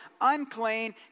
unclean